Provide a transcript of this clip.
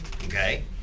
okay